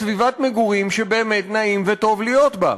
כשאנחנו רוצים לייצר סביבת מגורים שבאמת נעים וטוב להיות בה.